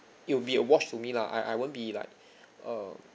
it will be a watch to me lah I I won't be like uh